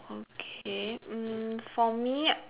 okay mm for me